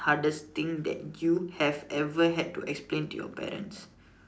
hardest thing that you had to ever explain to your parents